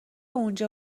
اونجا